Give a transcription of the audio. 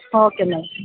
okay ma'am